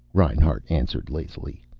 reinhart answered lazily.